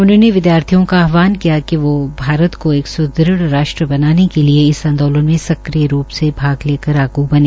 उन्होंने विद्यार्थियों का आहवान किया कि वोह भारत को एक राष्ट्र बनाने के लिए इस आंदोलन में सक्रिय रूप से भाग लेकर आगू बने